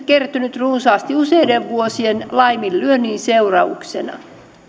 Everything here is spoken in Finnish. kertynyt runsaasti useiden vuosien laiminlyönnin seurauksena